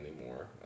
anymore